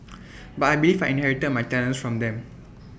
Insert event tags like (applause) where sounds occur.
(noise) but I believe I inherited my talents from them